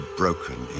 broken